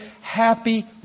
happy